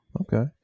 Okay